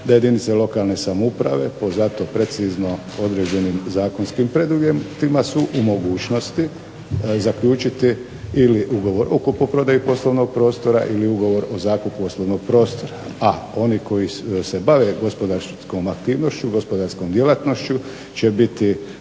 da jedinice lokalne samouprave po za to precizno određenim zakonskim preduvjetima su u mogućnosti zaključiti ili ugovor o kupoprodaji poslovnog prostora ili ugovor o zakupu poslovnog prostora. A oni koji se bave gospodarskom aktivnošću, gospodarskom djelatnošću će biti